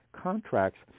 contracts